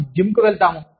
మనము జిమ్కు వెళ్తాము